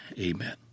Amen